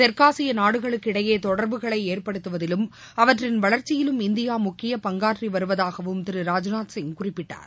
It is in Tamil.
தெற்காசிய நாடுகளுக்கு இடையே தொடர்புகளை ஏற்படுத்துவதிலும் அவற்றின் வளர்ச்சியிலும் இந்தியா முக்கிய பங்காற்றி வருவதாகவும் திரு ராஜ்நாத்சிங் குறிப்பிட்டார்